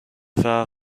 فرق